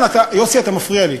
יוסי, אתה מפריע לי.